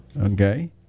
Okay